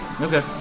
Okay